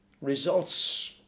results